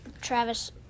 Travis